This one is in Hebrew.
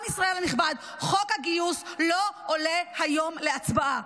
עם ישראל הנכבד, חוק הגיוס לא עולה היום להצבעה.